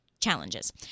Challenges